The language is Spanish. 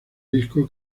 disco